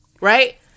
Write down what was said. right